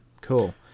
cool